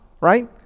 right